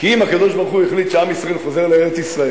כי אם הקדוש-ברוך-הוא החליט שעם ישראל חוזר לארץ-ישראל,